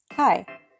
Hi